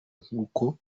nk’uko